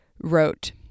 wrote